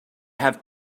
have